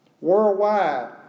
Worldwide